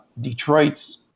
Detroit's